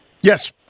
Yes